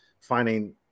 finding